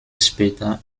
später